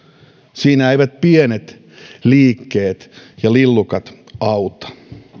siinä eivät pienet liikkeet ja lillukat auta